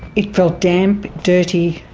it felt damp, dirty,